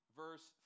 verse